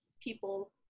people